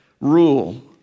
rule